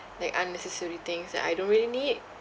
like unnecessary things that I don't really need